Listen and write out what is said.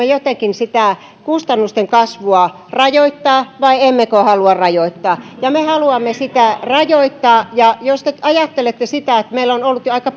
jotenkin sitä kustannusten kasvua rajoittaa vai emmekö halua rajoittaa me haluamme sitä rajoittaa ja jos te ajattelette sitä että meillä on ollut jo aika